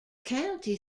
county